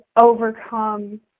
overcome